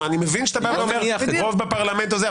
אני מבין כשאתה מדבר על הרוב בפרלמנט הזה,